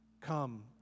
Come